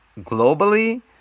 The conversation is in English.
globally